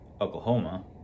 oklahoma